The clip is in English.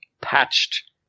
patched